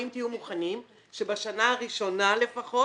האם תהיו מוכנים שבשנה הראשונה לפחות,